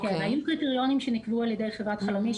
היו קריטריונים שנקבעו על ידי חברת חלמיש.